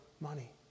money